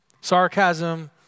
Sarcasm